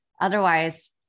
otherwise